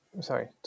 sorry